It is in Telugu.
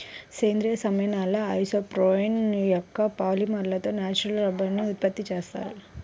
సేంద్రీయ సమ్మేళనాల ఐసోప్రేన్ యొక్క పాలిమర్లతో న్యాచురల్ రబ్బరుని ఉత్పత్తి చేస్తున్నారు